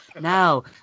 Now